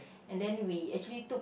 and then we actually took